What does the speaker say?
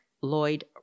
Lloyd